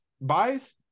buys